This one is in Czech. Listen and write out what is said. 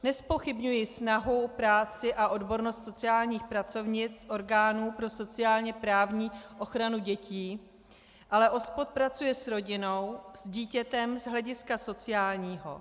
Nezpochybňuji snahu, práci a odbornost sociálních pracovnic orgánů pro sociálněprávní ochranu dětí, ale OSPOD pracuje s rodinou, s dítětem z hlediska sociálního.